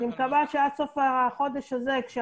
אני מקווה שעד סוף החודש הזה כאשר